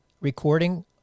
recording